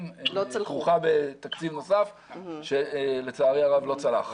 כרוכה בתקציב נוסף שלצערי הרב לא צלח.